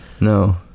No